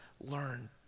learn